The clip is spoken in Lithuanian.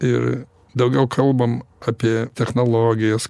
ir daugiau kalbam apie technologijas